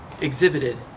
exhibited